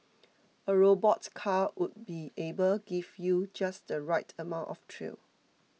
a robot car would be able give you just the right amount of thrill